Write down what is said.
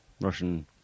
Russian